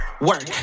Work